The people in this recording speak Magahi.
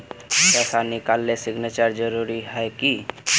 पैसा निकालने सिग्नेचर जरुरी है की?